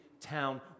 town